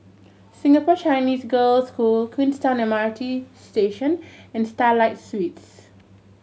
Singapore Chinese Girls' School Queenstown M R T Station and Starlight Suites